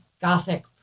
gothic